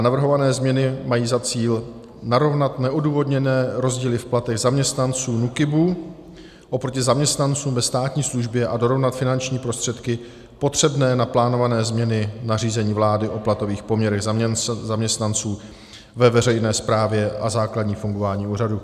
Navrhované změny mají za cíl narovnat neodůvodněné rozdíly v platech zaměstnanců NÚKIBu oproti zaměstnancům ve státní službě a dorovnat finanční prostředky potřebné na plánované změny nařízení vlády o platových poměrech zaměstnanců ve veřejné správě a základní fungování úřadu.